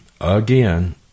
again